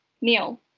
Neil